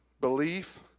Belief